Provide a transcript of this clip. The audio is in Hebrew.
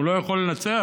הוא לא יכול לנצח,